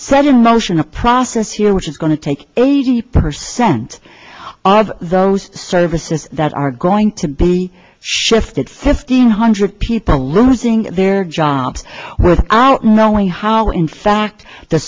set in motion a process here which is going to take eighty percent of those services that are going to be shifted fifteen hundred people losing their job without knowing how in fact the